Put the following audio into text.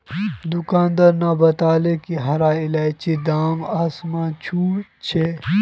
दुकानदार न बताले कि हरा इलायचीर दाम आसमान छू छ